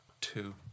two